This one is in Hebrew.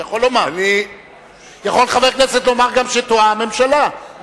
יכול חבר כנסת לומר גם שטועה הממשלה.